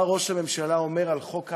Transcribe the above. מה ראש הממשלה אומר על חוק ההסדרה,